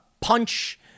punch